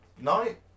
night